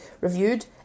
reviewed